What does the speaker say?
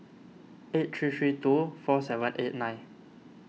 eight three three two four seven eight nine